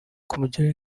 kumugiraho